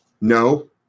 no